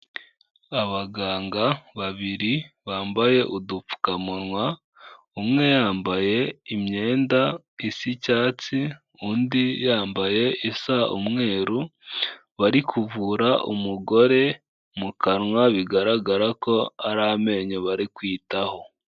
Abaganga babiri bambaye udupfukamunwa, umwe yambaye imyenda isa icyatsi undi yambaye isa umweru, bari kuvura umugore mu kanwa bigaragara ko ari amenyo bari kwitaho.